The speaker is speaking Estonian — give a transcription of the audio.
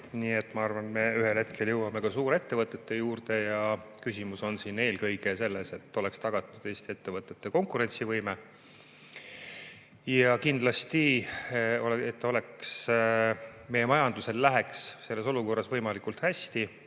Nii et ma arvan, et me ühel hetkel jõuame ka suurettevõtete juurde. Küsimus on eelkõige selles, et oleks tagatud Eesti ettevõtete konkurentsivõime ja et meie majandusel läheks selles olukorras võimalikult hästi,